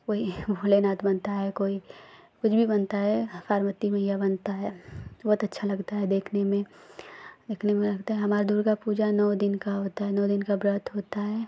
कोई भोलेनाथ बनता है कोई कुछ भी बनता है पार्वती मैया बनता है बहुत अच्छा लगता है देखने में देखने में लगता है हमारी दुर्गा पूजा नौ दिन की होती है नौ दिन का व्रत होता है